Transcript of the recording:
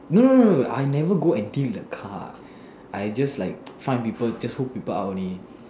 no no no no I never go and deal with the car I just like just hook people up only